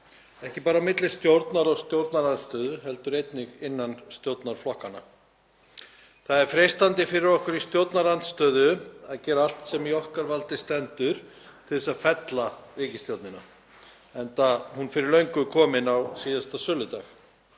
ekki bara á milli stjórnar og stjórnarandstöðu heldur einnig innan stjórnarflokkanna. Það er freistandi fyrir okkur í stjórnarandstöðu að gera allt sem í okkar valdi stendur til þess að fella ríkisstjórnina, enda hún fyrir löngu komin á síðasta söludag.